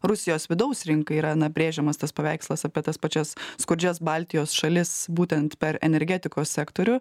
rusijos vidaus rinkai yra na brėžiamas tas paveikslas apie tas pačias skurdžias baltijos šalis būtent per energetikos sektorių